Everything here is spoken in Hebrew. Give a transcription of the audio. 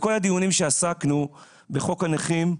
בכל הדיונים שעסקנו בחוק הנכים,